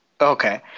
Okay